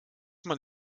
man